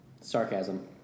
Sarcasm